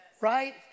right